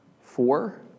Four